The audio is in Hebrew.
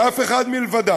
ואף אחד מלבדם